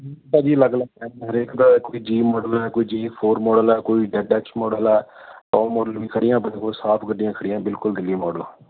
ਭਾਅ ਜੀ ਅਲੱਗ ਅਲੱਗ ਹੈ ਹਰੇਕ ਦਾ ਕੋਈ ਜੀ ਮੋਡਲ ਹੈ ਕੋਈ ਜੇ ਫੋਰ ਮੋਡਲ ਹੈ ਕੋਈ ਜੈਡਐਕਸ ਮੋਡਲ ਹੈ ਹੋਰ ਮੋਡਲ ਵੀ ਖੜ੍ਹੀਆਂ ਆਪਣੇ ਕੋਲ ਸਾਫ ਗੱਡੀਆਂ ਖੜ੍ਹੀਆਂ ਬਿਲਕੁਲ ਦਿੱਲੀ ਮੋਡਲ